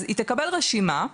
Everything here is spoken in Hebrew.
אז היא תקבל רשימה,